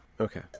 Okay